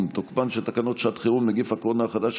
תוקפן של תקנות שעת חירום (נגיף הקורונה החדש,